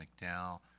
mcdowell